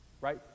right